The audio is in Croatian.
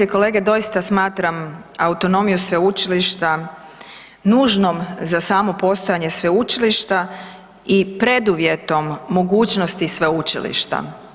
Kolegice i kolege, doista smatram autonomiju sveučilišta nužnom za samo postojanje sveučilišta i preduvjetom mogućosti sveučilišta.